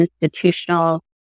institutional